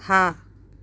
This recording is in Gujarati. હા